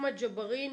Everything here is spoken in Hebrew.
אחמד ג'בארין,